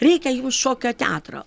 reikia jums šokio teatro